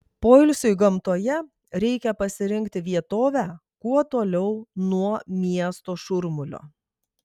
poilsiui gamtoje reikia pasirinkti vietovę kuo toliau nuo miesto šurmulio